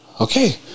okay